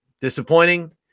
Disappointing